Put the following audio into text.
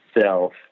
self